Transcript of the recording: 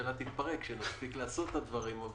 שהממשלה תתפרק להספיק ולעשות את הדברים.